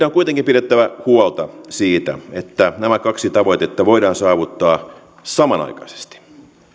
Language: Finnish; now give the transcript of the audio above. on kuitenkin pidettävä huolta siitä että nämä kaksi tavoitetta voidaan saavuttaa samanaikaisesti